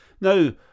Now